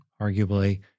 arguably